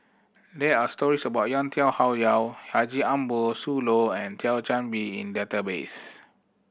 there are stories about Yau Tian Yau Haji Ambo Sooloh and Thio Chan Bee in database